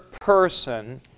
person